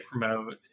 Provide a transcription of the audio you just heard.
promote